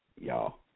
Y'all